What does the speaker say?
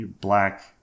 black